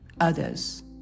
others